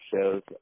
shows